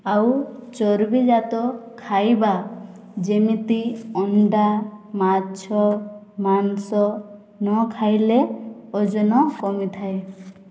ଆଉ ଚର୍ବିଜାତ ଖାଇବା ଯେମିତି ଅଣ୍ଡା ମାଛ ମାଂସ ନ ଖାଇଲେ ଓଜନ କମିଥାଏ